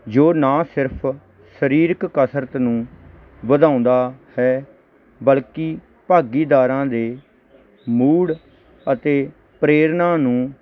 ਜੋ ਨਾ ਸਿਰਫ ਸਰੀਰਿਕ ਕਸਰਤ ਨੂੰ ਵਧਾਉਂਦਾ ਹੈ ਬਲਕੀ ਭਾਗੀਦਾਰਾਂ ਦੇ ਮੂਡ ਅਤੇ ਪ੍ਰੇਰਨਾ ਨੂੰ